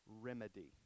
remedy